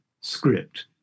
script